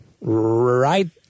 Right